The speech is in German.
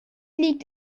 liegt